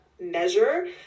measure